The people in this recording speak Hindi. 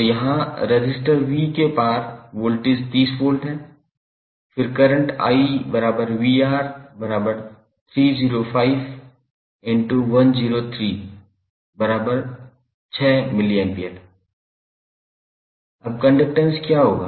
तो यहाँ रजिस्टर V के पार वोल्टेज 30 वोल्ट है फिर करंट 𝑖𝑣𝑅305∗1036 mA अब कंडक्टैंस क्या होगा